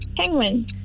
Penguin